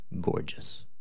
gorgeous